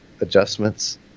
adjustments